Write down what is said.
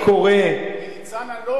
מניצן אלון לטליה ששון.